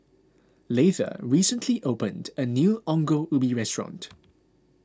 Leitha recently opened a new Ongol Ubi restaurant